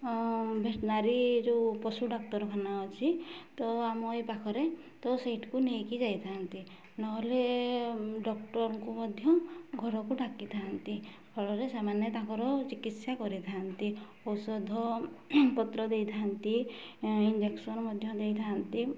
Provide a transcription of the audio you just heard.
veterinary ଯେଉଁ ପଶୁ ଡାକ୍ତରଖାନା ଅଛି ତ ଆମ ଏଇ ପାଖରେ ତ ସେଇଠିକୁ ନେଇକି ଯାଇଥାନ୍ତି ନହେଲେ ଡକ୍ଟରଙ୍କୁ ମଧ୍ୟ ଘରକୁ ଢାକିଥାଆନ୍ତି ଫଳରେ ସେମାନେ ତାଙ୍କର ଚିକିତ୍ସା କରିଥାନ୍ତି ଔଷଧ ପତ୍ର ଦେଇଥାନ୍ତି ଇଞ୍ଜେକ୍ସନ୍ ମଧ୍ୟ ଦେଇଥାଆନ୍ତି